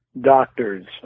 doctors